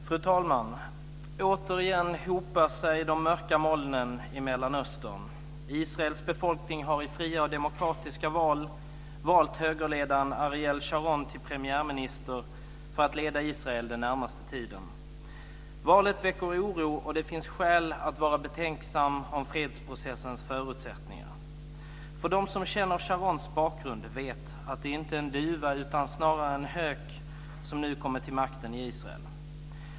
Fru talman! Återigen hopar sig de mörka molnen i Mellanöstern. Israels befolkning har i fria och demokratiska val valt högerledaren Ariel Sharon till premiärminister för att leda Israel den närmaste tiden. Valet väcker oro, och det finns skäl att vara betänksam inför fredsprocessens förutsättningar. De som känner till Sharons bakgrund vet att det inte är en duva, utan snarare en hök som nu kommit till makten i Israel.